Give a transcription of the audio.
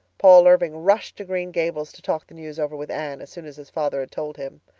paul irving rushed to green gables to talk the news over with anne as soon as his father had told him.